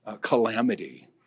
calamity